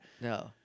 No